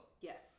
Yes